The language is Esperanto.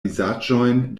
vizaĝojn